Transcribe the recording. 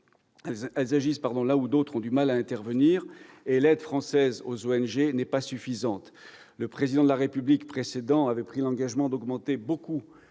elles agissent là où d'autres ont du mal à intervenir. L'aide française aux ONG n'est pas suffisante. Le président de la République précédent avait pris l'engagement d'augmenter beaucoup